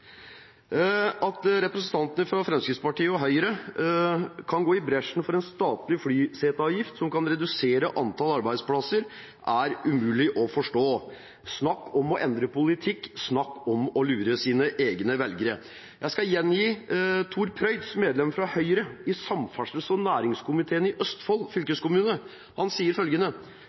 At representantene fra Fremskrittspartiet og Høyre kan gå i bresjen for en statlig flyseteavgift som kan redusere antall arbeidsplasser, er umulig å forstå. Snakk om å endre politikk, snakk om å lure sine egne velgere! Jeg skal gjengi Tor Prøitz, medlem i Høyre og i samferdsels- og næringskomiteen i Østfold